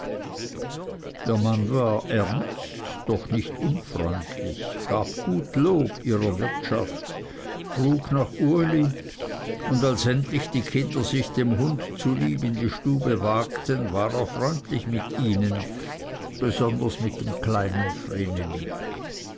der mann war ernst doch nicht unfreundlich gab gut lob ihrer wirtschaft frug nach uli und als endlich die kinder sich dem hund zulieb in die stube wagten war er freundlich mit ihnen besonders mit dem kleinen